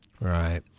Right